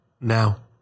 Now